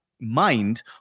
mind